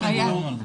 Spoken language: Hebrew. דיברנו על זה.